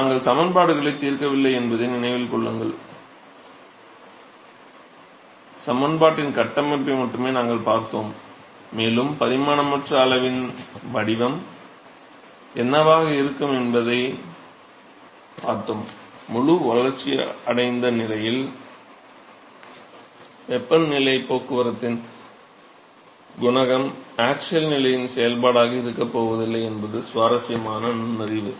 நாங்கள் சமன்பாடுகளைத் தீர்க்கவில்லை என்பதை நினைவில் கொள்ள வேண்டும் சமன்பாடுகளின் கட்டமைப்பை மட்டுமே நாங்கள் பார்த்தோம் மேலும் பரிமாணமற்ற அளவின் வடிவம் என்னவாக இருக்கும் என்பதைப் பார்த்தோம் முழு வளர்ச்சியடைந்த நிலையில் வெப்பப் போக்குவரத்து குணகம் ஆக்ஸியல் நிலையின் செயல்பாடாக இருக்கப் போவதில்லை என்பது சுவாரஸ்யமான நுண்ணறிவு